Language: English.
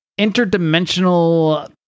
interdimensional